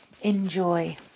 Enjoy